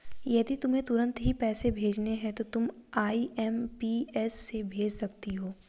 यदि तुम्हें तुरंत ही पैसे भेजने हैं तो तुम आई.एम.पी.एस से भेज सकती हो